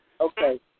Okay